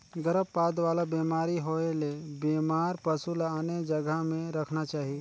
गरभपात वाला बेमारी होयले बेमार पसु ल आने जघा में रखना चाही